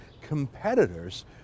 competitors